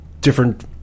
different